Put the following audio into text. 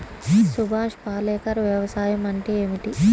సుభాష్ పాలేకర్ వ్యవసాయం అంటే ఏమిటీ?